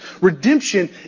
Redemption